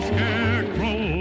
Scarecrow